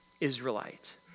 Israelite